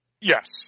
Yes